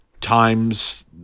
times